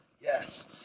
Yes